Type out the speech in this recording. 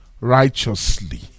righteously